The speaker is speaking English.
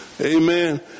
Amen